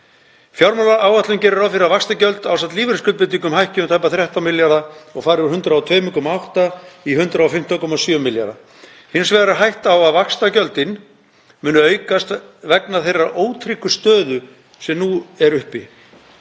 Fjármálaáætlun gerir ráð fyrir að vaxtagjöld ásamt lífeyrisskuldbindingum hækki um tæpa 13 milljarða og fari úr 102,8 í 115,7 milljarða. Hins vegar er hætta á að vaxtagjöldin muni aukast vegna þeirrar ótryggu stöðu sem nú er uppi.